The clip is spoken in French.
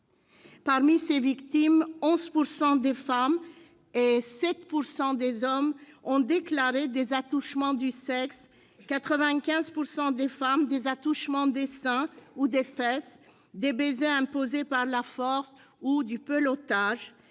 Parmi ces victimes, 11 % des femmes et 7 % des hommes ont déclaré des attouchements du sexe, 95 % des femmes des attouchements des seins ou des fesses, des baisers imposés par la force ou du pelotage,